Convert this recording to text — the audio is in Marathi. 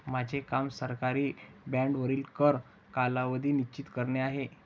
माझे काम सरकारी बाँडवरील कर कालावधी निश्चित करणे आहे